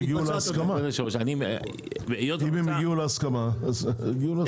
אם הגיעו להסכמה, אז הגיעו להסכמה.